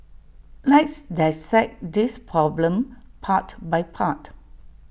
let's dissect this problem part by part